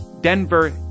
Denver